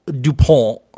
DuPont